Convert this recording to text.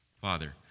Father